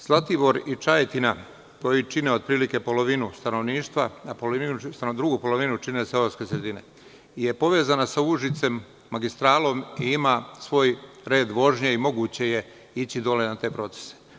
Zlatibor i Čajetina, koji čine otprilike polovinu stanovništva, drugu polovinu čine seoske sredine, je povezana sa Užicem magistralom i ima svoj red vožnje i moguće je ići dole na te procese.